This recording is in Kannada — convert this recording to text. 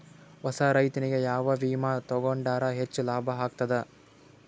ಹೊಸಾ ರೈತನಿಗೆ ಯಾವ ವಿಮಾ ತೊಗೊಂಡರ ಹೆಚ್ಚು ಲಾಭ ಆಗತದ?